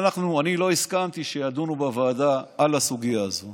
אני לא הסכמתי שידונו בוועדה על הסוגיה הזאת,